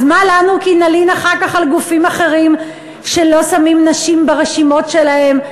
אז מה לנו כי נלין אחר כך על גופים אחרים שלא שמים נשים ברשימות שלהם,